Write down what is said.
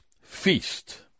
feast